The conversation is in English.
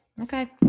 Okay